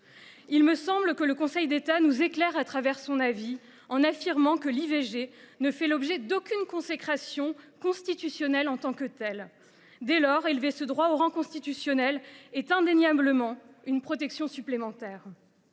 Il me semble que le Conseil d’État, au travers de son avis, nous éclaire en affirmant que l’IVG ne fait l’objet d’aucune consécration constitutionnelle en tant que telle. Dès lors, élever ce droit au rang constitutionnel est indéniablement une protection supplémentaire.